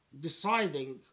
deciding